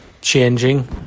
changing